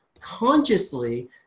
consciously